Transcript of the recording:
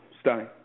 Stunning